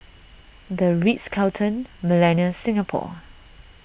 the Ritz Carlton Millenia Singapore